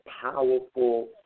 powerful